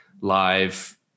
live